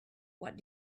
what